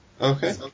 Okay